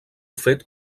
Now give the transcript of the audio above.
fet